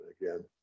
again